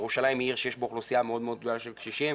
ירושלים היא עיר שיש בה אוכלוסייה מאוד גדולה של קשישים,